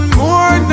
more